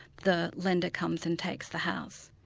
the lender comes and takes the house.